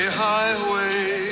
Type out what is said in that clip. highway